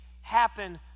happen